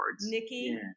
nikki